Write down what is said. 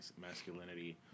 masculinity